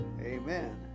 Amen